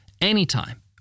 Anytime